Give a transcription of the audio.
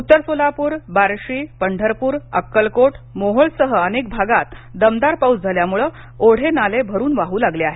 उत्तर सोलापूर बार्शी पढरपूर अक्कलकोट मोहोळ सह अनेक भागात दमदार पाऊस झाल्यामुळ ओढे नाले भरून वाहु लागले आहेत